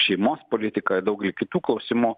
šeimos politika daugeliu kitų klausimų